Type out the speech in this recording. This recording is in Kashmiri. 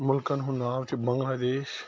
مُلکَن ہُنٛد ناو چھُ بنٛگلہ دیش